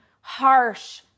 harsh